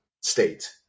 state